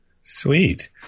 Sweet